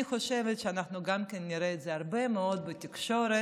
אני חושבת שאנחנו גם כן נראה את זה הרבה מאוד בתקשורת.